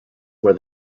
where